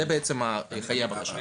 אלה בעצם חיי הבקשה.